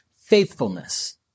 faithfulness